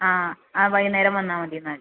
ആ ആ വൈകുന്നേരം വന്നാൽ മതി എന്നാല്